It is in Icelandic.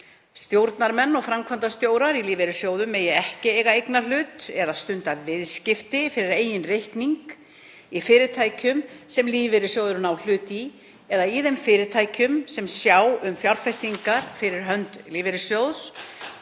stjórnarmenn og framkvæmdastjórar í lífeyrissjóðum megi ekki eiga eignarhlut eða stunda viðskipti fyrir eigin reikning í fyrirtækjum sem lífeyrissjóðurinn á hlut í eða í þeim fyrirtækjum sem sjá um fjárfestingar fyrir hönd lífeyrissjóðs,